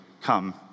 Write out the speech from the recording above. Come